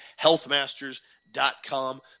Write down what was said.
healthmasters.com